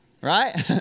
Right